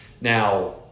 Now